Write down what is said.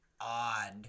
odd